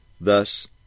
Thus